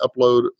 upload